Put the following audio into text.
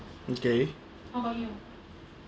okay